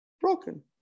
Broken